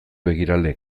begirale